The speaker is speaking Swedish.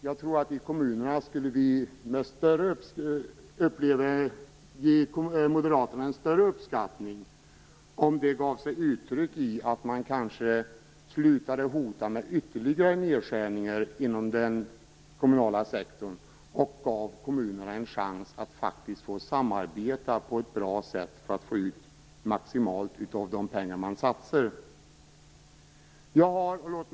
Jag tror att kommunerna skulle ge Moderaterna en större uppskattning om de slutade med att hota med ytterligare nedskärningar inom den kommunala sektorn och om man gav kommunerna en chans att kunna samarbeta på ett bra sätt för att få ut maximalt av de pengar som man satsar. Fru talman!